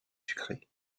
sucré